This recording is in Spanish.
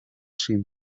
sin